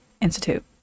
Institute